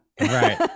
Right